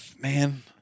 Man